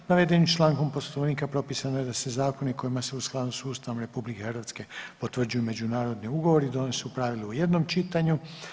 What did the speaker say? Navedenim člankom Poslovnika propisano je da se zakoni kojima se u skladu s Ustavom RH potvrđuju međunarodni ugovori donose u pravilu jednom čitanju.